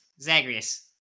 Zagreus